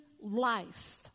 life